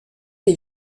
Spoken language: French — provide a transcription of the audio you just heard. les